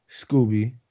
Scooby